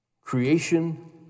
creation